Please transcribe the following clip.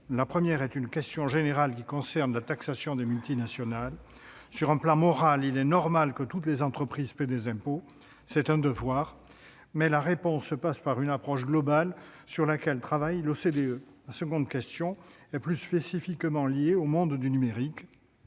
La première est une question générale qui concerne la taxation des multinationales. Sur un plan moral, il est normal que toutes les entreprises paient des impôts. [...] C'est un devoir, mais la réponse passe par une approche globale sur laquelle travaille l'OCDE. La seconde question est plus spécifiquement liée au monde du numérique.